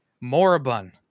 moribund